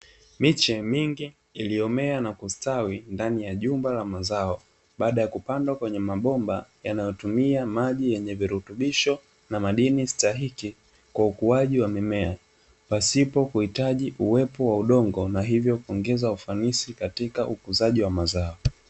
Miche mingi iliyomea na kustawi ndani ya jumba la mazao baada ya kupandwa kwenye mabomba yanayotumia maji yenye virutubisho na madini stahiki kwa ukuaji wa mimea, pasipo kuhitaji uwepo wa udongo na hivyo kuongeza ufanisi katika ukuzaji wa mazao.